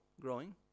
growing